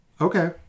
Okay